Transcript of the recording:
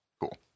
Cool